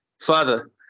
Father